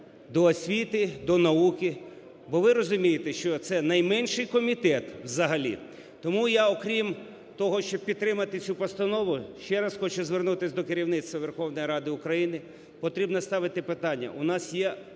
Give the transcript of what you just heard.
до освіти, до науки, бо ви розумієте, що це найменший комітет взагалі. Тому я, окрім того, щоб підтримати цю постанову, ще раз хочу звернутись до керівництва Верховної Ради України. Потрібно ставити питання,